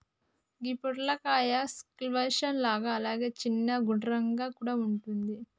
గి పొట్లకాయ స్క్వాష్ లాగా అలాగే చిన్నగ గుండ్రంగా కూడా వుంటది